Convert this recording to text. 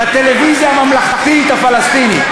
בטלוויזיה הממלכתית הפלסטינית,